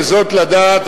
וזאת לדעת,